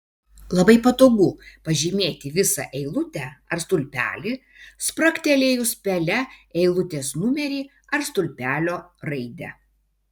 labai patogu pažymėti visą eilutę ar stulpelį spragtelėjus pele eilutės numerį ar stulpelio raidę